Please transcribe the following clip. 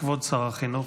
כבוד שר החינוך,